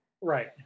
right